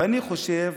ואני חושב